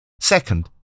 Second